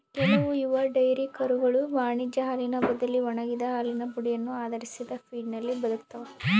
ಕೆಲವು ಯುವ ಡೈರಿ ಕರುಗಳು ವಾಣಿಜ್ಯ ಹಾಲಿನ ಬದಲಿ ಒಣಗಿದ ಹಾಲಿನ ಪುಡಿಯನ್ನು ಆಧರಿಸಿದ ಫೀಡ್ನಲ್ಲಿ ಬದುಕ್ತವ